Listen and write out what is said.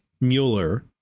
Mueller